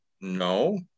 No